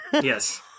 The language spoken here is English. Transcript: Yes